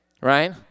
Right